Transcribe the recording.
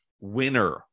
winner